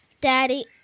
Daddy